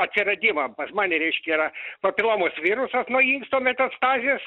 atsiradimą pas mane reiškia yra papilomos virusas nuo inksto metastazės